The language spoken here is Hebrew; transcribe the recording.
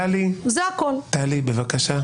טלי, בבקשה.